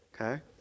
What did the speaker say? Okay